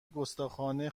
گستاخانه